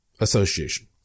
association